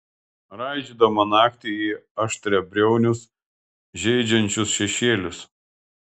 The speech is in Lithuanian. raižydama naktį į aštriabriaunius žeidžiančius šešėlius